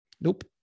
Nope